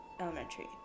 Elementary